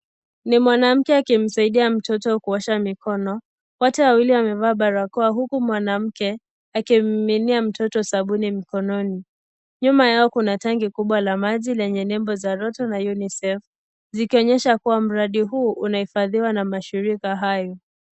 Ni mwanamke akimsaidia mtoto kuosha mikono wote wawili wamevaa barakoa huku mwanamke akimmiminia mtoto sabuni mkonono. Nyuma yao kuna tanki kubwa la maji lenye nembo za ROTO na UNISEF, akionyesha kuwa mradi huu unaifadhiwa na mashirika hayo.